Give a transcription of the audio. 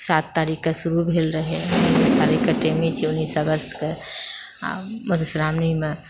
सात तारिखके शुरु भेल रहै उन्नैस तारीखके टेमी छिऐ उन्नैस अगस्तके आ मधुश्रावणीमे